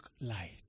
light